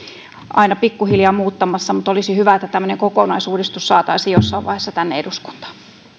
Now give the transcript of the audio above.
aina pikkuhiljaa muuttamassa mutta olisi hyvä että tämmöinen kokonaisuudistus saataisiin jossain vaiheessa tänne eduskuntaan